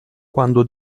quando